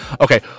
okay